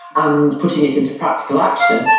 and putting it into practical action.